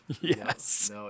Yes